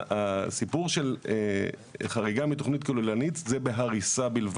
הסיפור של חריגה מתכנית כוללנית זה בהריסה בלבד,